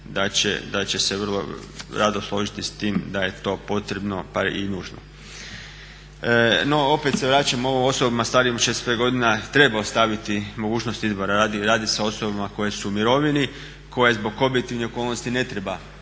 da će se vrlo rado složiti s tim da je to potrebno pa i nužno. No, opet se vraćam osobama starijim od 65 godina, treba ostaviti mogućnost izbora. Radi se o osobama koje su u mirovni, koje zbog objektivnih okolnosti ne treba